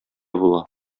була